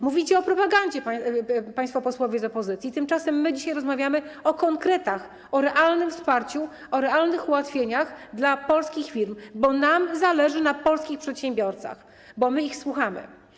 Mówicie o propagandzie, państwo posłowie z opozycji, tymczasem my dzisiaj rozmawiamy o konkretach, o realnym wsparciu, o realnych ułatwieniach dla polskich firm, bo nam zależy na polskich przedsiębiorcach, bo my ich słuchamy.